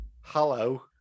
hello